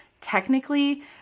technically